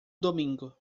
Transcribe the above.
domingo